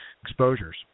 exposures